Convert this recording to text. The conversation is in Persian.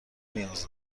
نیاز